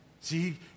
See